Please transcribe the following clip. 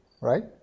right